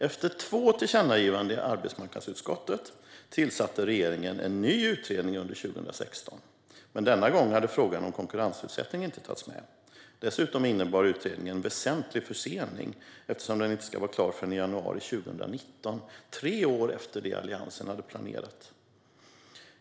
Efter två tillkännagivanden i arbetsmarknadsutskottet tillsatte regeringen en ny utredning under 2016, men denna gång hade frågan om konkurrensutsättning inte tagits med. Dessutom innebär utredningen en väsentlig försening eftersom den inte ska vara klar förrän i januari 2019, tre år senare än Alliansen hade planerat.